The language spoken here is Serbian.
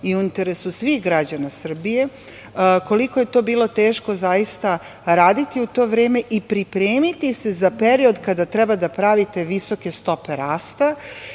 i u interesu svih građana Srbije, koliko je to bilo teško zaista raditi u to vreme i pripremiti se za period kada treba da pravite visoke stope rasta